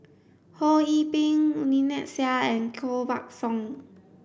Ho Yee Ping Lynnette Seah and Koh Buck Song